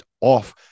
off